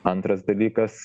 antras dalykas